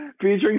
featuring